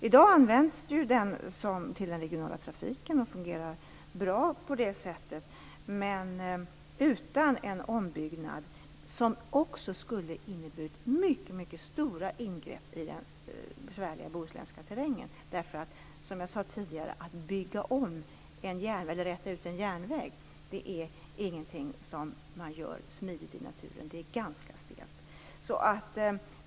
I dag används Bohusbanan till den regionala trafiken och fungerar bra till det utan ombyggnad, något som också skulle innebära mycket stora ingrepp i den besvärliga bohuslänska terrängen. Som jag sade tidigare: Att räta ut en järnväg är ingenting som man gör smidigt i naturen. Det är ganska stelt.